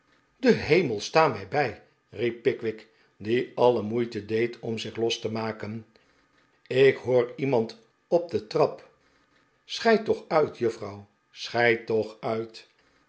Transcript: de hemel sta mij bij riep pickwick die alle mdeite deed om zich los te maken ik hoor iemand op de trap schei toch uit juffrouw schei toch uit